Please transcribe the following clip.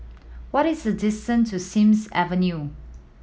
what is the distance to Sims Avenue